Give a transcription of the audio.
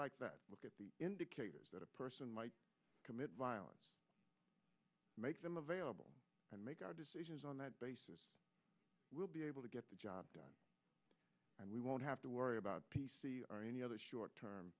like that look at the indicators that a person might commit violence make them available and make our decisions on that basis we'll be able to get the job done and we won't have to worry about p c or any other short term